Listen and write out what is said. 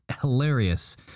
hilarious